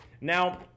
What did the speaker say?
now